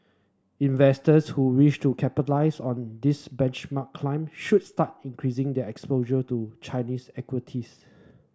investors who wish to capitalise on this benchmark climb should start increasing their exposure to Chinese equities